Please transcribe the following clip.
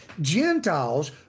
Gentiles